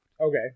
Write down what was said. Okay